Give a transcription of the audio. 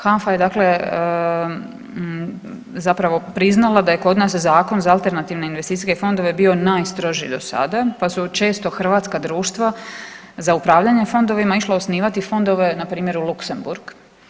HANFA je zapravo priznala da je kod nas Zakon za alternativne investicijske fondove bio najstroži do sada pa su često hrvatska društva za upravljanje fondovima išla osnivati fondove npr. u Luxemburg.